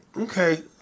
Okay